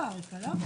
מה זה בזום?